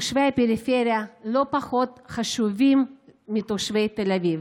תושבי הפריפריה לא פחות חשובים מתושבי תל אביב,